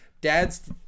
dad's